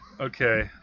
Okay